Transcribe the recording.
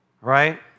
right